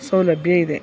ಸೌಲಭ್ಯ ಇದೆ